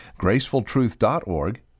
gracefultruth.org